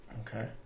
Okay